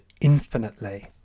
infinitely